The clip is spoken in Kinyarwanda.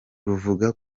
ruvuga